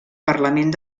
parlament